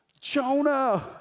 Jonah